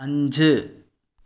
അഞ്ച്